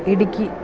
Idukki